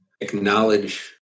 acknowledge